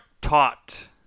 taught